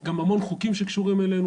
גם בהמון חוקים שקשורים אלינו,